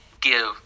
give